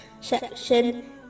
section